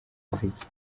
muziki